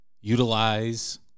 utilize